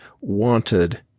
wanted